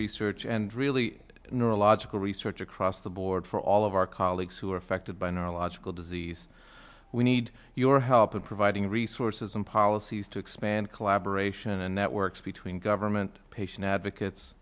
research and really neurological research across the board for all of our colleagues who are affected by neurological disease we need your help in providing resources and policies to expand collaboration and networks between government patient advocates